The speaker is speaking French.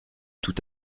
tout